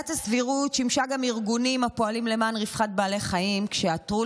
עילת הסבירות שימשה גם ארגונים הפועלים למען רווחת בעלי חיים כשעתרו